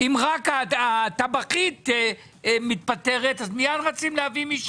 אני מסתכל על זה